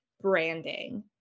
branding